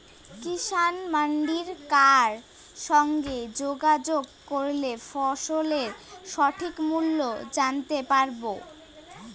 কিষান মান্ডির কার সঙ্গে যোগাযোগ করলে ফসলের সঠিক মূল্য জানতে পারবো?